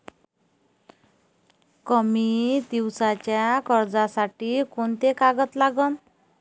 कमी दिसाच्या कर्जासाठी कोंते कागद लागन?